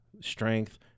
strength